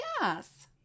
yes